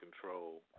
control